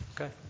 Okay